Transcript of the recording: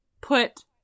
put